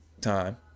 time